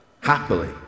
Happily